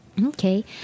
Okay